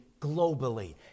globally